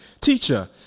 Teacher